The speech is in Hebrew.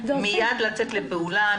מיד לצאת לפעולה,